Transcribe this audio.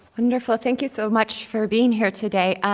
wonderful! thank you so much for being here today.